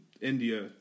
India